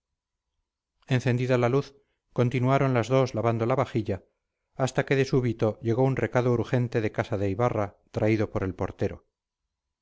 encendida la luz continuaron las dos lavando la vajilla hasta que de súbito llegó un recado urgente de casa de ibarra traído por el portero